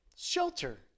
shelter